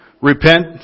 Repent